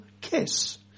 kiss